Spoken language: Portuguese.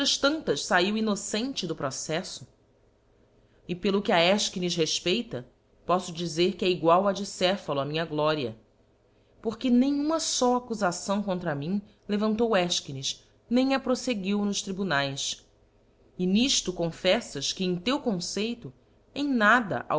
tantas faiu innocente do proceífo e pelo que a efchines refpeita poífo dizer que é egual á de cephalo a minha gloria porque nem uma fó accufação contra mim levantou efchines nem a profeguiu nos tribunaes e n ifto confeflfas que em teu conceito em nada